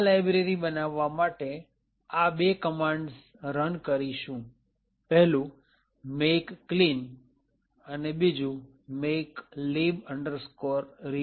આ લાયબ્રેરી બનાવવા આપણે આ બે કમાંડ રન કરીશું ૧ make clean અને ૨ make lib reloc